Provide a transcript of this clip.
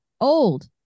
old